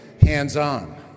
hands-on